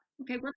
Okay